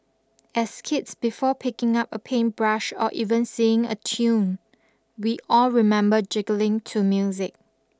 as kids before picking up a paintbrush or even singing a tune we all remember jiggling to music